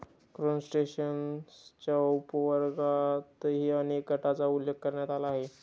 क्रस्टेशियन्सच्या उपवर्गांतर्गतही अनेक गटांचा उल्लेख करण्यात आला आहे